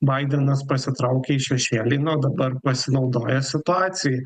baidenas pasitraukė į šešėlį na o dabar pasinaudojo situacijai